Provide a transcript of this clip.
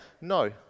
no